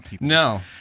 no